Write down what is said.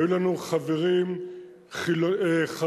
היו לנו חברים חרדים,